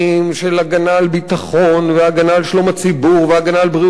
הגנה על ביטחון והגנה על שלום הציבור והגנה על בריאות הציבור